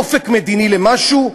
אופק מדיני למשהו,